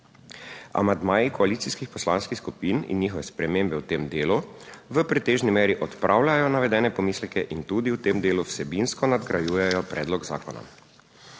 Amandmaji koalicijskih poslanskih skupin in njihove spremembe v tem delu v pretežni meri odpravljajo navedene pomisleke in tudi v tem delu vsebinsko nadgrajujejo predlog zakona.